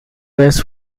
vez